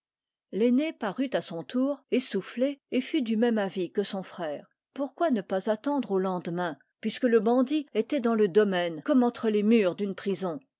l'aîné parut à son tour essoufflé et fut du même avis que son frère pourquoi ne pas attendre au lendemain puisque le bandit était dans le domaine comme entre les murs d'une prison